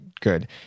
good